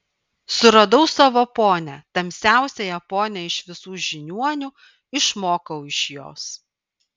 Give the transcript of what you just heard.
suradau savo ponią tamsiausiąją ponią iš visų žiniuonių išmokau iš jos